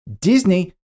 Disney